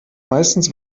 meistens